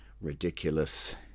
ridiculous